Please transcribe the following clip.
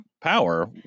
power